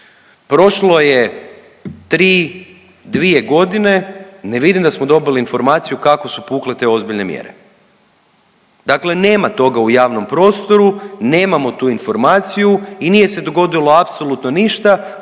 prošlo je 3, 2 godine, ne vidim da smo dobili informaciju kako su pukle te ozbiljne mjere. Dakle nema toga u javnom prostoru, nemamo tu informaciju i nije se dogodilo apsolutno ništa